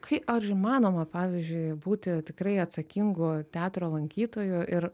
kai ar įmanoma pavyzdžiui būti tikrai atsakingu teatro lankytoju ir